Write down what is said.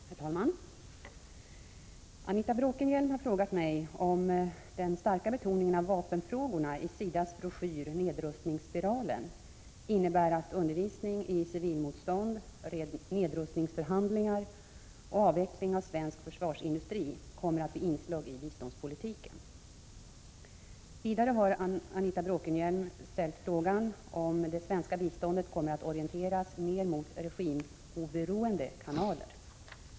Herr talman! Anita Bråkenhielm har frågat mig om den starka betoningen av vapenfrågorna i SIDA:s broschyr Nedrustningsspiralen innebär att undervisning i civilmotstånd, nedrustningsförhandlingar och avveckling av svensk försvarsindustri kommer att bli inslag i biståndspolitiken. Vidare har Anita Bråkenhielm ställt frågan om det svenska biståndet kommer att orienteras mer mot regimoberoende kanaler.